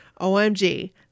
OMG